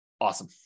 Awesome